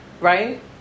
right